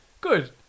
Good